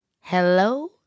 Hello